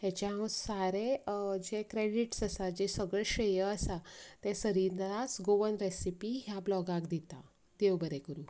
हेचें हांव सारे जें क्रेडिट्स आसा जें सगलें श्रेय आसा तें सरितास गोवन रॅसिपी ह्या ब्लाॅगाक दितां देव बरें करूं